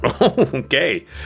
okay